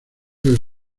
del